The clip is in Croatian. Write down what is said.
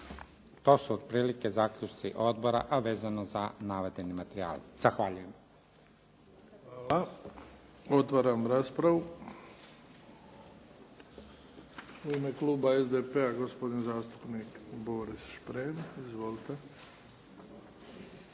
To su otprilike zaključci odbora, a vezano za navedene materijale. Zahvaljujem. **Bebić, Luka (HDZ)** Hvala. Otvaram raspravu. U ime kluba SDP-a gospodin zastupnik Boris Šprem. Izvolite.